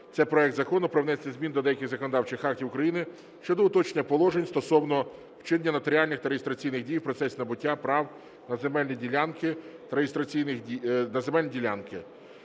це проект Закону про внесення змін до деяких законодавчих актів України щодо уточнення положень стосовно вчинення нотаріальних та реєстраційних дій в процесі набуття прав на земельні ділянки.